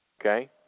Okay